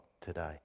today